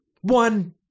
One